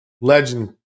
legend